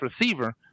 receiver